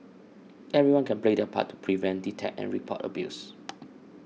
everyone can play their part to prevent detect and report abuse